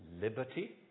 liberty